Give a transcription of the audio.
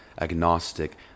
agnostic